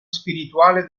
spirituale